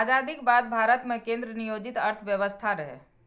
आजादीक बाद भारत मे केंद्र नियोजित अर्थव्यवस्था रहै